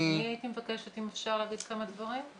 אני מבקשת להגיד כמה דברים.